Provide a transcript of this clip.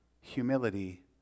humility